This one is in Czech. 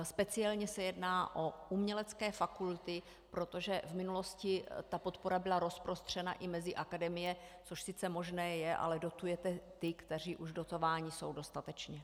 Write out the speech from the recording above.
Speciálně se jedná o umělecké fakulty, protože v minulosti ta podpora byla rozprostřena i mezi akademie, což sice možné je, ale dotujete ty, kteří už dotováni jsou dostatečně.